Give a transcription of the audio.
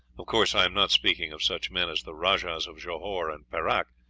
of course, i am not speaking of such men as the rajahs of johore and perac,